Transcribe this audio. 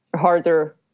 harder